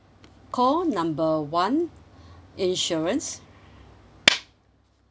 call number one insurance